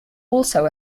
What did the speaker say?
also